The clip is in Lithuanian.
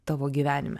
tavo gyvenime